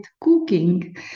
cooking